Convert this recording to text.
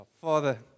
Father